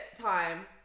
time